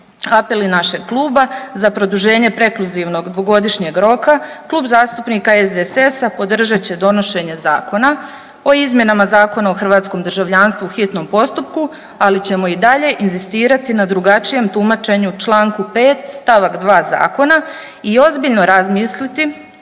apeli našeg kluba za produženje prekluzivnog dvogodišnjeg roka Klub zastupnika SDSS-a podržat će donošenje Zakona o izmjenama Zakona o hrvatskom državljanstvu u hitnom postupku, ali ćemo i dalje inzistirati na drugačijem tumačenju čl. 5. st. 2. zakona i ozbiljno razmisliti,